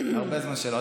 הרבה זמן שלא.